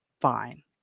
fine